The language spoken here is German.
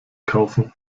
kaufen